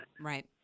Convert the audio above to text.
Right